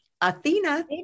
Athena